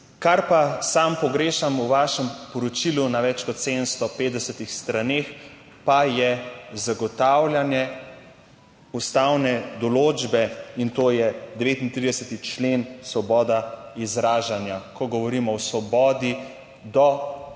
Kar pa sam pogrešam v vašem poročilu na več kot 750 straneh, pa je zagotavljanje ustavne določbe, in to je 39. člen, Svoboda izražanja, ko govorimo o svobodi do